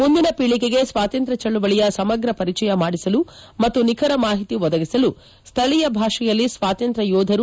ಮುಂದಿನ ಪೀಳಿಗೆಗೆ ಸ್ವಾತಂತ್ರ್ಯ ಚಳವಳಿಯ ಸಮಗ್ರ ಪರಿಚಯ ಮಾಡಿಸಲು ಮತ್ತು ನಿಖರ ಮಾಹಿತಿ ಒದಗಿಸಲು ಸ್ವಳೀಯ ಭಾಷೆಯಲ್ಲಿ ಸ್ವಾತಂತ್ರ್ಯ ಯೋಧರು